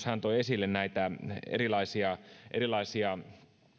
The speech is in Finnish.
hän toi esille näitä erilaisia erilaisia